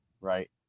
right